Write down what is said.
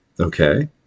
Okay